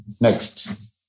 Next